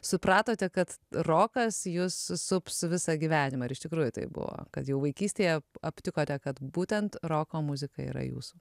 supratote kad rokas jus sups visą gyvenimą ir iš tikrųjų taip buvo kad jau vaikystėje aptikote kad būtent roko muzika yra jūsų